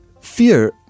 fear